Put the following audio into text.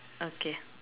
okay